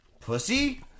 Pussy